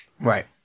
Right